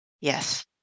Yes